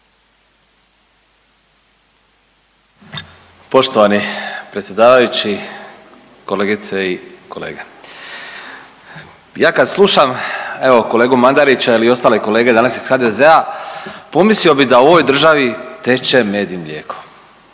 Poštovani predsjedavajući, kolegice i kolege, ja kad slušam evo kolegu Mandarića ili ostale kolege danas iz HDZ-a pomislio bi da u ovoj državi teče med i mlijeko